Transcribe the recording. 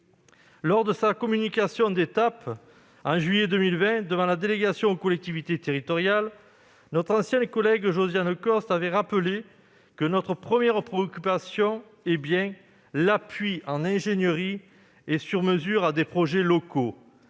Lors de sa communication d'étape, en juillet 2020, devant la délégation aux collectivités territoriales, notre ancienne collègue Josiane Costes avait rappelé quelle était notre première préoccupation : il s'agit bien d'assurer « l'appui en ingénierie et sur mesure à des projets locaux